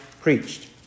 preached